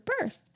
birth